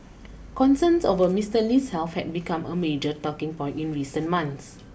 concerns over Mister Lee's health had become a major talking point in recent months